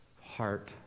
heart